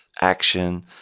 action